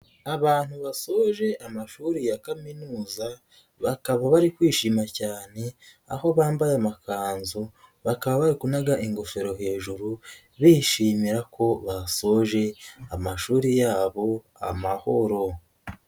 Abantu basoje amashuri ya kaminuza bakaba bari kwishima cyane, aho bambaye amakanzu bakaba bakunga ingofero hejuru, bishimira ko basoje amashuri yabo amahoro.